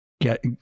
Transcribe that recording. get